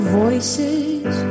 voices